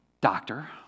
Doctor